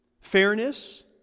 fairness